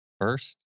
first